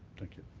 thank you.